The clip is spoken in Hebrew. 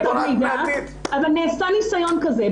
אז נעשה ניסיון כזה.